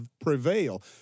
prevail